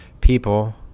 people